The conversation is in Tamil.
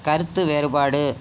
கருத்து வேறுபாடு